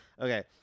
Okay